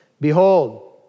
behold